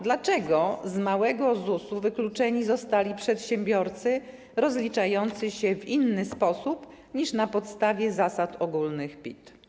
Dlaczego w odniesieniu do małego ZUS-u wykluczeni zostali przedsiębiorcy rozliczający się w inny sposób niż na podstawie zasad ogólnych PIT?